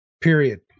period